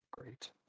great